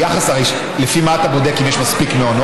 הרי לפי מה אתה בודק אם יש מספיק מעונות?